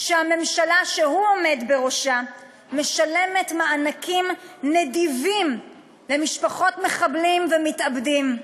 שהממשלה שהוא עומד בראשה משלמת מענקים נדיבים למשפחות מחבלים ומתאבדים,